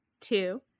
two